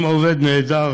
אם העובד נעדר